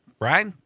right